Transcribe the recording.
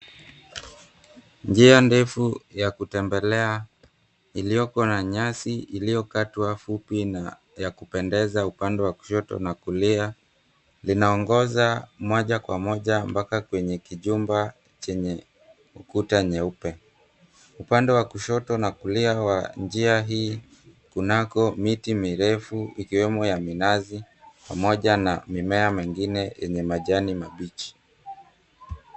Njia ndefu ya kutembelea ilioko na nyasi iliyokatwa fupi na ya kupendeza upande wa kushoto na kulia, linaongoza moja kwa moja mpaka kwenye kijumba chenye ukuta nyeupe. Upande wa kushoto na kulia wa njia hii kunako miti mirefu ikiwemo ya minazi pamoja na mimea mengine yenye majani mabichi.